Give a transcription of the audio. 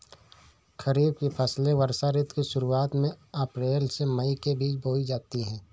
खरीफ की फसलें वर्षा ऋतु की शुरुआत में अप्रैल से मई के बीच बोई जाती हैं